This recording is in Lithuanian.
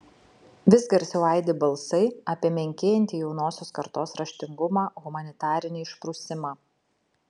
vis garsiau aidi balsai apie menkėjantį jaunosios kartos raštingumą humanitarinį išprusimą